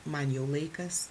man jau laikas